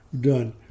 done